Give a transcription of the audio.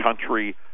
country